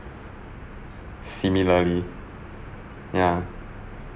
similarly ya